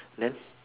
then